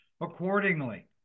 accordingly